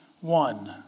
one